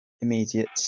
immediate